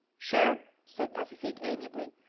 sure, said pacifique amiably.